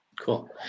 Cool